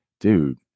dude